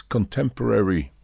Contemporary